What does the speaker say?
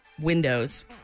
windows